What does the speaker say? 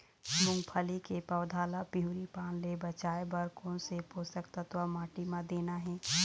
मुंगफली के पौधा ला पिवरी पान ले बचाए बर कोन से पोषक तत्व माटी म देना हे?